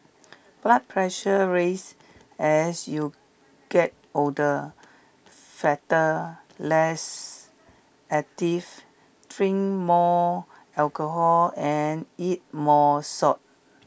blood pressure raise as you get older fatter less active drink more alcohol and eat more salt